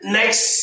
next